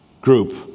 group